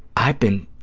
i've been